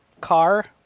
car